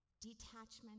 detachment